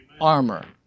armor